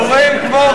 דיבורים כמו חול.